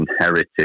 inherited